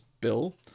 bill